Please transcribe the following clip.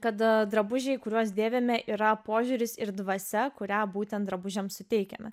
kad drabužiai kuriuos dėvime yra požiūris ir dvasia kurią būtent drabužiams suteikiame